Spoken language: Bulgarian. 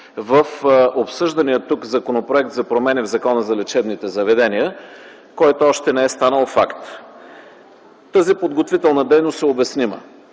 в обсъждания тук Законопроект за промени в Закона за лечебните заведения, който още не е станал факт. Тази подготвителна дейност е обяснима,